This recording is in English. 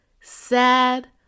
sad